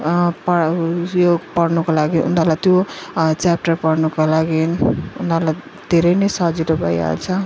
प यो पढ्नुको लागि उनीहरूलाई त्यो च्याप्टर पढ्नुको लागि उनीहरूलाई धेरै नै सजिलो भइहाल्छ